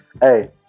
Hey